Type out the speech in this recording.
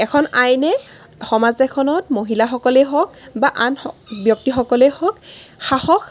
এখন আইনে সমাজ এখনত মহিলাসকলেই হওক বা আন ব্যক্তিসকলেই হওক সাহস